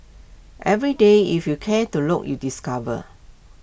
every day if you care to look you discover